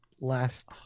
last